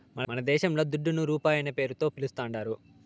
మనదేశంల దుడ్డును రూపాయనే పేరుతో పిలుస్తాందారు